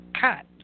cut